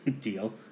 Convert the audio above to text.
deal